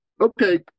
okay